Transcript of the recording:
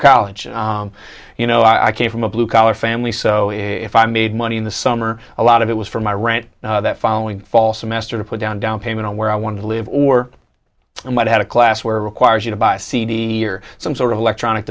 college you know i came from a blue collar family so if i made money in the summer a lot of it was for my rant that following fall semester to put down downpayment on where i want to live or and what had a class where requires you to buy a cd or some sort of electronic